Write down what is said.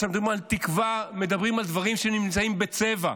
כשמדברים על תקווה, מדברים על דברים שנמצאים בצבע.